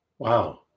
Wow